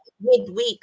midweek